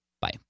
Bye